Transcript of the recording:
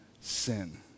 sin